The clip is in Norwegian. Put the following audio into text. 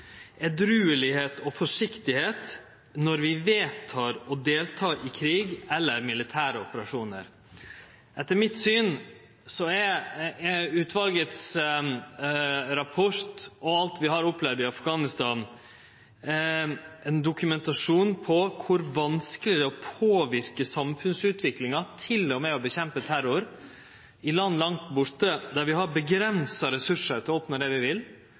er edruelegheit og forsiktigheit når vi vedtek å delta i krig eller i militære operasjonar. Etter mitt syn er utvalet sin rapport og alt vi har opplevd i Afghanistan, ein dokumentasjon på kor vanskeleg det er å påverke samfunnsutviklinga, til og med å kjempe mot terror, i land langt borte der vi har avgrensa ressursar til å oppnå det vi vil,